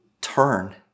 turn